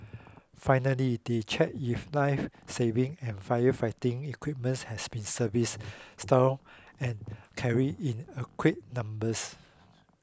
finally they check if lifesaving and firefighting equipments has been service stow and carry in adequate numbers